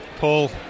Paul